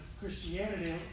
Christianity